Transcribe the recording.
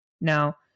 Now